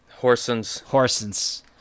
Horsens